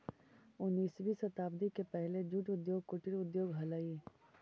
उन्नीसवीं शताब्दी के पहले जूट उद्योग कुटीर उद्योग हलइ